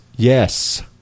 Yes